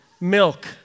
milk